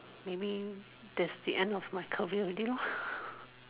maybe that's the end of my career already lor